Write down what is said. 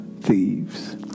thieves